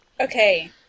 Okay